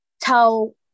tell